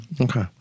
Okay